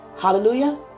Hallelujah